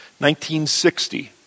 1960